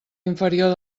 inferior